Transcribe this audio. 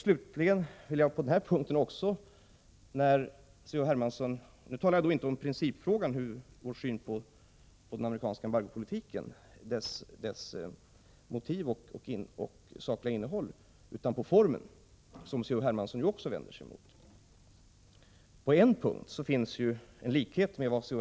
Slutligen vill jag ta upp ytterligare en sak, och jag talar nu inte om principfrågan, dvs. vår syn på den amerikanska embargopolitiken, dess motiv och sakliga innehåll, utan om formen, som C.-H. Hermansson också vänder sig mot. C.-H.